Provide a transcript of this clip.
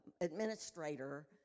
administrator